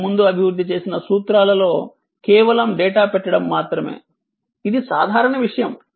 ఇంతకుముందు అభివృద్ధి చేసిన సూత్రాల లో కేవలం డేటా పెట్టడం మాత్రమే ఇది సాధారణ విషయం